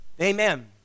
Amen